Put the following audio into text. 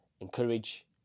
Encourage